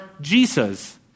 Jesus